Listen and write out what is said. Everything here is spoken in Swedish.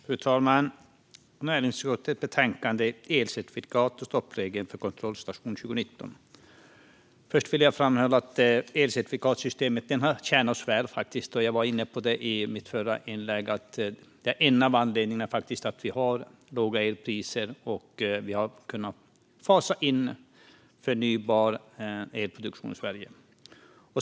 Fru talman! Vi debatterar näringsutskottets betänkande Elcertifikat - stoppregel och kontrollstation 2019 . Först vill jag framhålla att elcertifikatssystemet har tjänat oss väl, vilket jag även var inne på i mitt förra inlägg. Det är en av anledningarna till att vi har låga elpriser och har kunnat fasa in förnybar elproduktion i Sverige.